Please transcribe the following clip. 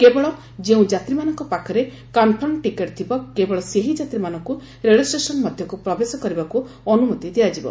କେବଳ ଯେଉଁ ଯାତ୍ରୀମାନଙ୍କ ପାଖରେ କନଫରମ୍ଡ ଟିକଟ ଥିବ କେବଳ ସେହି ଯାତ୍ରୀମାନଙ୍କୁ ରେଳଷ୍ଟେସନ ମଧ୍ୟକୁ ପ୍ରବେଶ କରିବାକୁ ଅନୁମତି ଦିଆଯିବ